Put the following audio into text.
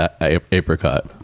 apricot